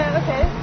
okay